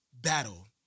battle